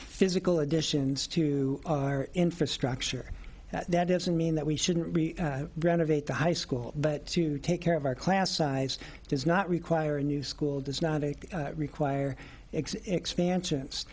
physical additions to our infrastructure that doesn't mean that we shouldn't renovate the high school but to take care of our class size does not require a new school does not require its expansions